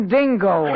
Dingo